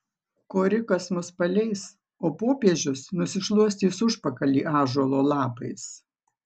korikas mus paleis o popiežius nusišluostys užpakalį ąžuolo lapais